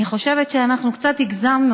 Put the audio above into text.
אני חושבת שאנחנו קצת הגזמנו,